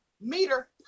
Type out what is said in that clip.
meter